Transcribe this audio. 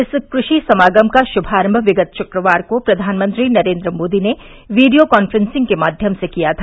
इस कृषि समागम का शुभारंभ विगत शुक्रवार को प्रवानमंत्री नरेन्द्र मोदी ने वीडियो काफेंसिंग के माध्यम से किया था